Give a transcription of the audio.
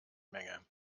menge